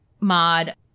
mod